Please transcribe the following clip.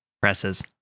presses